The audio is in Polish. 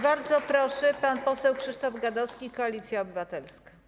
Bardzo proszę, pan poseł Krzysztof Gadowski, Koalicja Obywatelska.